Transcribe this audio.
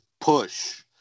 push